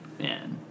Man